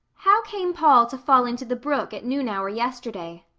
how came paul to fall into the brook at noon hour yesterday?